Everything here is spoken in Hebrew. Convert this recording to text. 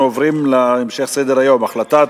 אנחנו עוברים להמשך סדר-היום: החלטת